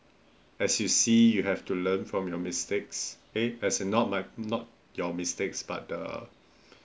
as you see you have to learn from your mistakes eh as a not my not your mistakes but the